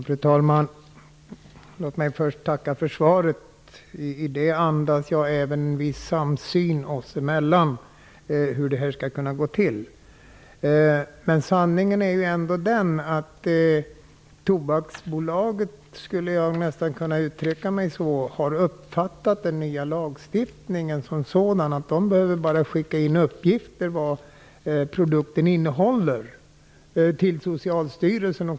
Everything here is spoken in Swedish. Fru talman! Låt mig först tacka för svaret. I det anar jag även en viss samsyn oss emellan om hur det här skall kunna gå till. Sanningen är ju ändå den att Tobaksbolaget har uppfattat den nya lagstiftningen så att de bara behöver skicka in uppgifter om vad produkten innehåller till Socialstyrelsen.